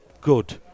good